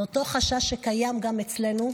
זה אותו חשש שקיים גם אצלנו,